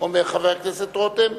אומר חבר הכנסת רותם,